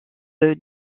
the